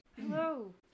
Hello